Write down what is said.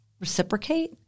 reciprocate